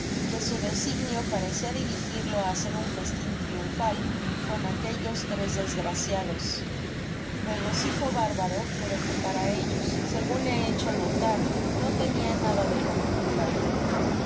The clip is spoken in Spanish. y que su designio parecia dirigirlo á hacer un festin triunfal con aquellos tres desgraciados regocijo bárbaro pero que para ellos segun he hecho sotar no tenia nada de particular